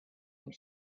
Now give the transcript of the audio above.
and